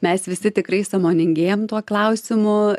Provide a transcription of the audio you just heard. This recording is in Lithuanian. mes visi tikrai sąmoningėjam tuo klausimu